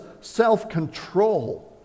self-control